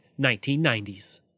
1990s